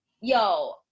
yo